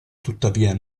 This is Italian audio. tuttavia